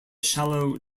shallow